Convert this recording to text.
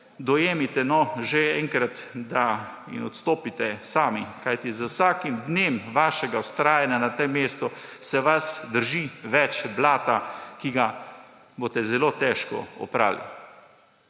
Dojemite no že enkrat in odstopite sami, kajti z vsakim dnem vašega vztrajanja na tem mestu se vas drži več blata, ki ga boste zelo težko oprali.